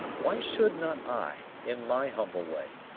why should not i, in my humble way,